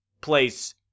place